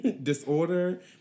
Disorder